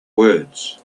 words